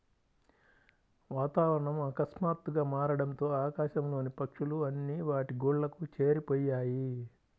వాతావరణం ఆకస్మాతుగ్గా మారడంతో ఆకాశం లోని పక్షులు అన్ని వాటి గూళ్లకు చేరిపొయ్యాయి